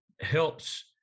helps